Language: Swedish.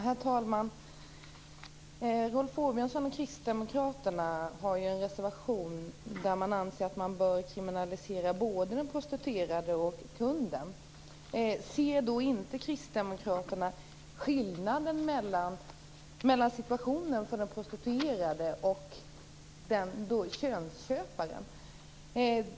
Herr talman! Rolf Åbjörnsson och kristdemokraterna har en reservation där de anser att man bör kriminalisera både den prostituerade och kunden. Ser då inte kristdemokraterna skillnaden mellan situationerna för den prostituerade och för könsköparen?